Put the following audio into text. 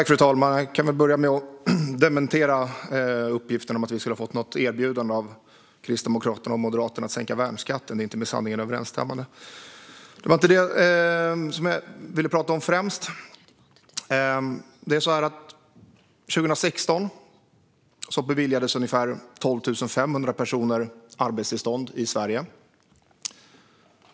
Fru talman! Låt mig börja med att dementera uppgiften att vi skulle ha fått ett erbjudande av Kristdemokraterna och Moderaterna om att sänka värnskatten. Det är inte med sanningen överensstämmande. Men det var inte det jag främst ville tala om. År 2016 beviljades ungefär 12 500 personer arbetstillstånd i Sverige.